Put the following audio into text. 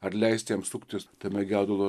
ar leisti jam suktis tame gedulo